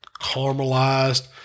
caramelized